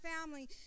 family